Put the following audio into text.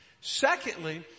Secondly